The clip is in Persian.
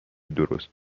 درست